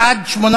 בעד,